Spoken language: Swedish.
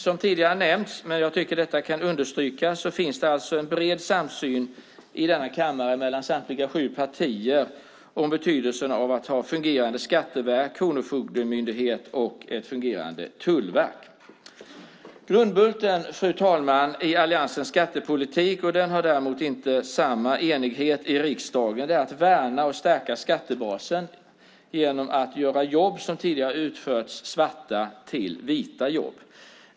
Som tidigare nämnts - men jag tycker att detta kan understrykas - finns det en bred samsyn i denna kammare mellan samtliga sju partier om betydelsen av att ha fungerande skatteverk, kronofogdemyndighet och tullverk. Grundbulten, fru talman, i alliansens skattepolitik, som det däremot inte finns samma enighet om i riksdagen, är att värna och stärka skattebasen genom att göra jobb som tidigare har utförts svart till vita jobb.